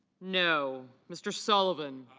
know. mr. sullivan